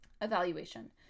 evaluation